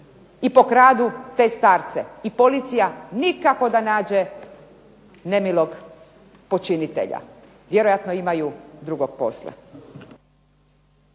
i pokradu te starce i policija nikako da nađe nemilog počinitelja, vjerojatno imaju drugog posla.